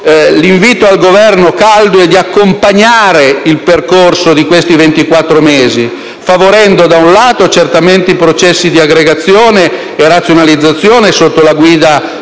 rivolgo al Governo è di accompagnare il percorso di questi 24 mesi, da un lato favorendo certamente i processi di aggregazione e razionalizzazione sotto la guida